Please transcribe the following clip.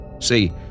See